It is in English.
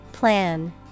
Plan